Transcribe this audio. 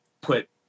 put